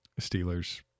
Steelers